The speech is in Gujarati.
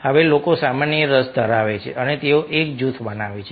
હવે લોકો સામાન્ય રસ ધરાવે છે તેઓ એક જૂથ બનાવે છે